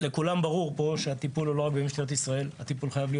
לכולם ברור פה שהטיפול הוא לא רק במשטרת ישראל.